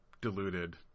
deluded